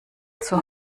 zur